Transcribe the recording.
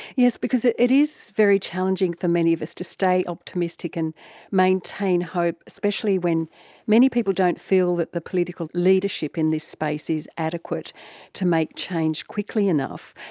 yes, because it it is very challenging for many of us to stay optimistic and maintain hope, especially when many people don't feel that the political leadership in this space is adequate to make change quickly enough.